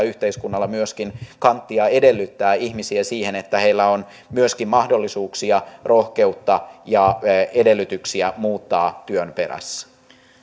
yhteiskunnalla kanttia edellyttää ihmisiltä sitä että heillä on myöskin mahdollisuuksia rohkeutta ja edellytyksiä muuttaa työn perässä